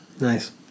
Nice